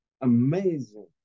amazing